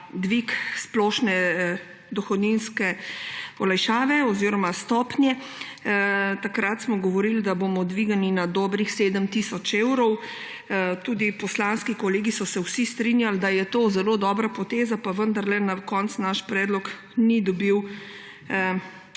dvig splošne dohodninske olajšave oziroma stopnje, smo govorili, da bomo dvignili na dobrih 7 tisoč evrov. Tudi vsi poslanski kolegi so se strinjali, da je to zelo dobra poteza, pa vendarle na koncu naš predlog ni dobil